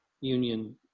Union